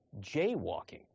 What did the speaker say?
jaywalking